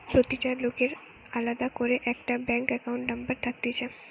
প্রতিটা লোকের আলদা করে একটা ব্যাঙ্ক একাউন্ট নম্বর থাকতিছে